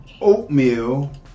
oatmeal